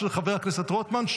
של חבר הכנסת רוטמן.